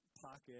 Pocket